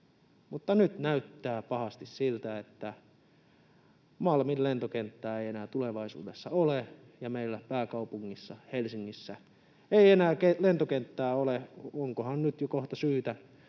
mutta nyt näyttää pahasti siltä, että Malmin lentokenttää ei enää tulevaisuudessa ole ja meillä pääkaupungissa Helsingissä ei enää lentokenttää ole. Onkohan nyt jo kohta syytä